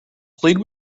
plead